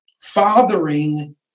Fathering